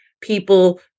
people